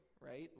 right